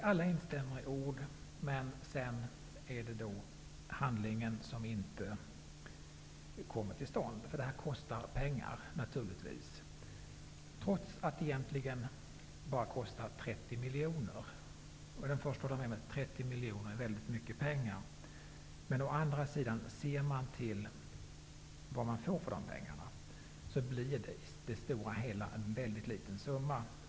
Alla instämmer i ord, men sedan kommer handlingen inte till stånd, för detta kostar naturligtvis pengar, men egentligen bara 30 miljoner kronor. Man påstår nu att 30 miljoner kronor är mycket pengar, men ser man å andra sidan till vad man får för dessa pengar, blir det i det stora hela en mycket liten summa.